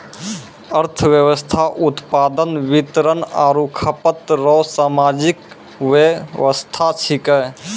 अर्थव्यवस्था उत्पादन वितरण आरु खपत रो सामाजिक वेवस्था छिकै